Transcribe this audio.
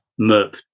Merp